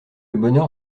bonheur